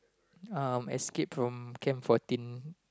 uh escape from Camp Fourteen